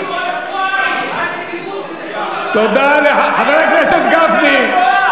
חכו עוד שבועיים עד שתראו, תודה לחבר הכנסת גפני.